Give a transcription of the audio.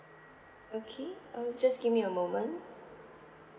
okay uh just give me a moment